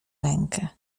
rękę